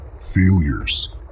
failures